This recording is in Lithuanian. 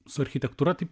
su architektūra tai